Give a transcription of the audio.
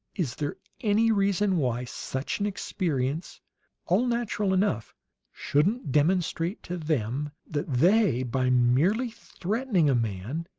is there any reason why such an experience all natural enough shouldn't demonstrate to them that they, by merely threatening a man,